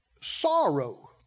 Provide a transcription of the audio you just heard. sorrow